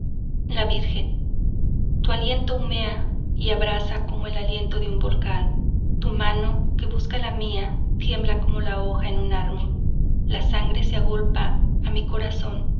la virgen tu aliento humea y abrasa como el aliento de un volcán tu mano que busca la mía tiembla como la hoja en el árbol la sangre se agolpa a mi corazón